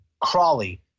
Crawley